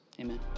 Amen